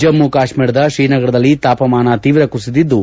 ಜಮ್ನು ಕಾಶ್ನೀರದ ಶ್ರೀನಗರದಲ್ಲಿ ತಾಪಮಾನ ತೀವ್ರ ಕುಸಿದಿದ್ಲು